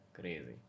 Crazy